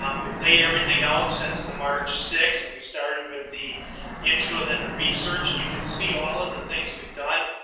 um we've laid everything out since the march sixth and we started with the intro and then research and you can see all of the things we've done.